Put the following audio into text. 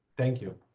thank you.